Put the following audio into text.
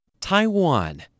Taiwan